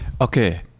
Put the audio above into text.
Okay